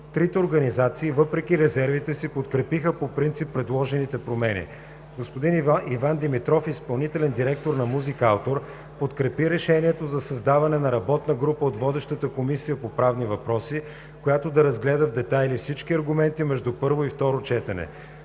Трите организации, въпреки резервите си, подкрепиха по принцип предложените промени. Господин Иван Димитров – изпълнителен директор на „Музикаутор“, подкрепи решението за създаване на работна група от водещата Комисия по правни въпроси, която да разгледа в детайли всички аргументи между първо и второ четене.